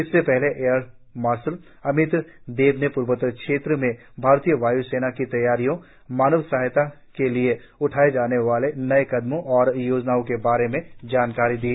इससे पहले air marshal Amit Dev ने पूर्वोत्तर क्षेत्र में भारतीय वाय्सेना की तैयारियों मानव सहायता के लिए उठाए जाने वाले नए कदमों और योजनाओं के बारे में बैठक में जानकारी दी